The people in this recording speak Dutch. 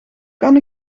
kan